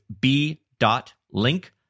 b.link